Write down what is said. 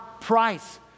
price